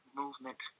movement